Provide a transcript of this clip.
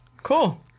Cool